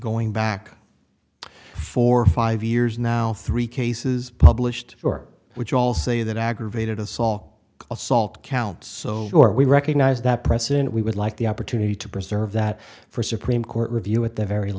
going back for five years now three cases published work which all say that aggravated assault assault counts so we recognize that precedent we would like the opportunity to preserve that for supreme court review at the very